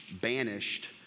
banished